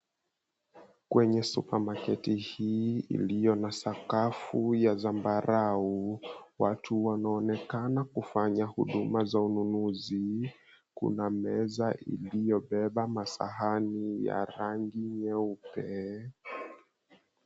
Kwenye supermarket]cs] hii lililo na sakafu ya zambarau watu wanaonekana kufanya shughuli za ununuzi, kuna meza iliyobeba masahani ya rangi nyeupe.